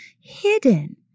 hidden